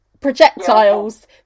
Projectiles